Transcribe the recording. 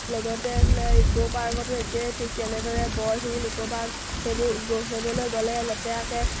লগতে এইফালে ইক'পাৰ্কতো একেই ঠিক তেনেদৰে বৰশিল ইক'পাৰ্ক সেইবোৰ সেইবোৰলৈ গ'লে লেতেৰাকৈ